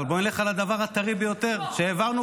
אבל בוא נלך על הדבר הטרי ביותר: העברנו